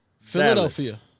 Philadelphia